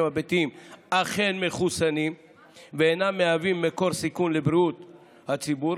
הביתיים אכן מחוסנים ואינם מהווים מקור סיכון לבריאות הציבור,